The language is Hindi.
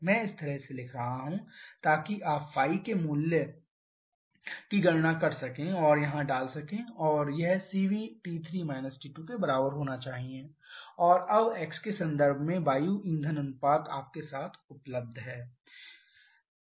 मैं इस तरह से लिख रहा हूं ताकि आप ϕ के मूल्य की गणना कर सकें और यहां डाल सकें और यह Cv T3 − T2 के बराबर होना चाहिए और अब x के संदर्भ में वायु ईंधन अनुपात आपके साथ उपलब्ध है